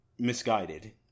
misguided